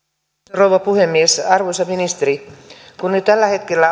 rouva puhemies arvoisa ministeri kun nyt tällä hetkellä